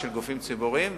של גופים ציבוריים,